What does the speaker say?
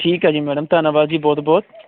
ਠੀਕ ਹੈ ਜੀ ਮੈਡਮ ਧੰਨਵਾਦ ਜੀ ਬਹੁਤ ਬਹੁਤ